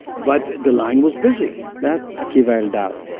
but the line was busy that's akiva eldar,